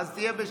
אז תהיה בשקט.